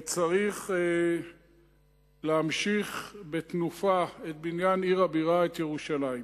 צריך להמשיך בתנופה את בניין עיר הבירה, ירושלים.